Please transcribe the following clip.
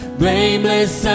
blameless